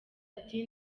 ati